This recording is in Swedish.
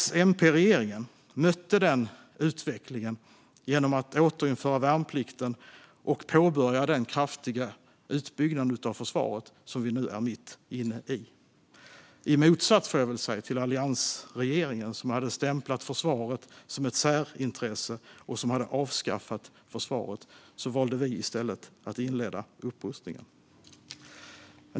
S-MP-regeringen mötte denna utveckling genom att återinföra värnplikten och påbörja den kraftiga utbyggnad av försvaret som vi nu är mitt inne i. I motsats till alliansregeringen, som stämplade försvaret som ett särintresse och ville avskaffa värnplikten, valde vi att inleda upprustningen.